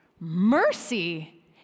Mercy